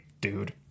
dude